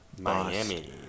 Miami